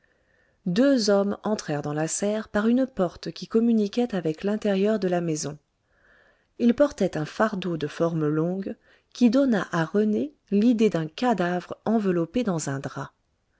deux hommes entrèrent dans la serre par une porte qui communiquait avec l'intérieur de la maison ils portaient un fardeau de forme longue qui donna à rené l'idée d'un cadavre enveloppé dans un drap